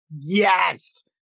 yes